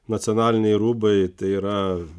nacionaliniai rūbai tai yra